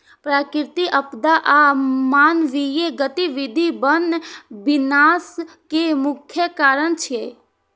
प्राकृतिक आपदा आ मानवीय गतिविधि वन विनाश के मुख्य कारण छियै